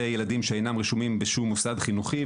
ילדים שאינם רשומים בשום מוסד חינוכי,